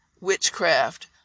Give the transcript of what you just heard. witchcraft